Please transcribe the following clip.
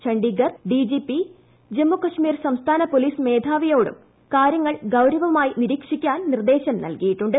Chandigarh DGP Jammu Kashmir സംസ്ഥാന police മേധാവിയോടും കാര്യങ്ങൾ ഗൌരവമായി നിരീക്ഷിക്കാൻ നിർദ്ദേശം നൽകിയിട്ടുണ്ട്